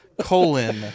colon